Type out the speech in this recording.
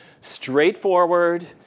straightforward